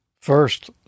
First